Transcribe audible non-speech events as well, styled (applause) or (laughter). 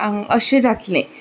(unintelligible) अशें जातलें